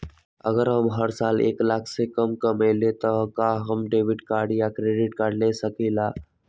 अगर हम हर साल एक लाख से कम कमावईले त का हम डेबिट कार्ड या क्रेडिट कार्ड ले सकीला?